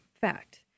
fact